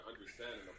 understanding